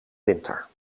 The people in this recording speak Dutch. winter